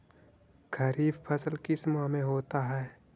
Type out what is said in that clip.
खरिफ फसल किस माह में होता है?